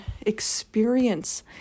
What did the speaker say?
experience